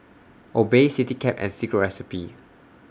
Obey Citycab and Secret Recipe